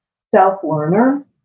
self-learner